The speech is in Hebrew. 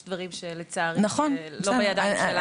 יש דברים שלצערי לא בידיים שלנו.